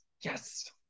Yes